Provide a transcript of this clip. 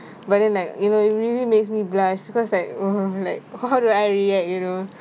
but then like you know it really makes me blush because like uh like how how do I react you know